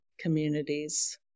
communities